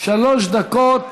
שלוש דקות.